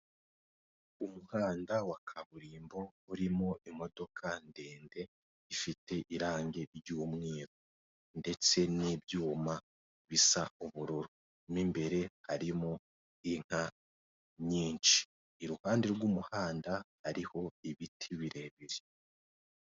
Umuhanda wa kaburimbo urimo imodoka ndende ifite irange ry'umweru ndetse n'ibyuma bisa ubururu mu imbere harimo inka nyinshi, iruhande rw'umuhanda hariho ibiti birebire.